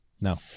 No